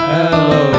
Hello